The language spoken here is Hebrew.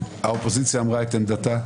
האופוזיציה אמרה את עמדתה,